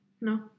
No